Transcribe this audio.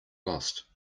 lost